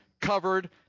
covered